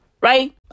right